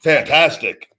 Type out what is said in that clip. Fantastic